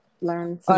learn